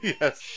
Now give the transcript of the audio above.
yes